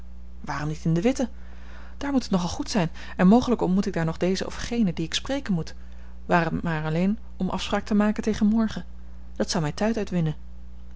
waarom niet in de witte daar moet het nogal goed zijn en mogelijk ontmoet ik daar nog dezen of genen dien ik spreken moet ware t maar alleen om afspraak te maken tegen morgen dat zou mij tijd uitwinnen